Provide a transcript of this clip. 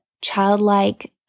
childlike